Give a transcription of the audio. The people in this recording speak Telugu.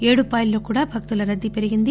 ఏడుపాయలలో కూడా భక్తుల రద్దీ పెరిగింది